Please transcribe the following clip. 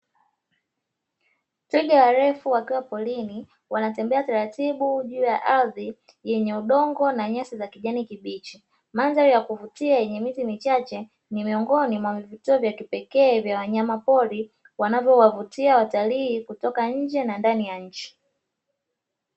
Twiga warefu wakiwa porini, wanatembea taratibu juu ya ardhi yenye udongo ulio na nyasi za kijani kibichi. Mandhari ya kuvutia yenye miti michache ni miongoni mwa vivutio vya kipekee vya wanyama pori, vinavyaowavutia watalii kutoka nje na ndani ya nchi.